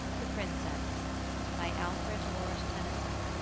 the princess by alfred lord tennyson